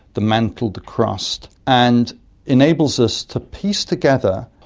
the mantle, the crust, and enables us to piece together.